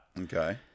Okay